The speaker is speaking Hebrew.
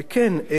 כן,